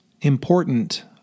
important